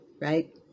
right